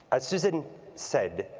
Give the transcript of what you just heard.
as susan said,